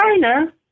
China